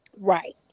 Right